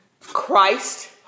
Christ